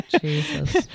Jesus